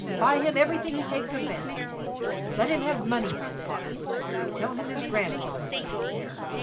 buy him everything he takes a fancy to let him have money in his pockets, and tell him his grandfather put it there.